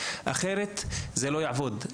אחרת זה לא יעבוד.